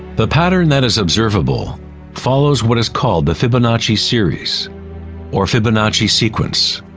the pattern that is observable follows what is called the fibonacci series or fibonacci sequence.